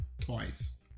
Twice